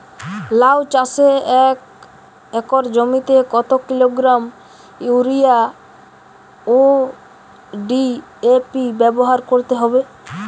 লাউ চাষে এক একর জমিতে কত কিলোগ্রাম ইউরিয়া ও ডি.এ.পি ব্যবহার করতে হবে?